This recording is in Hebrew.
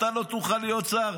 אתה לא תוכל להיות שר,